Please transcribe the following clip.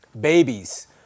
Babies